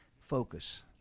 focus